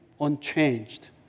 unchanged